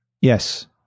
Yes